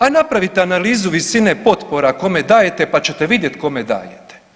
Ajde napravite analizu visine potpora kome dajete pa ćete vidjeti kome dajete.